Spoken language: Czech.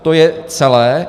To je celé.